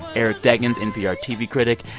eric deggans, npr tv critic.